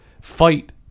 fight